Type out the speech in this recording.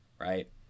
right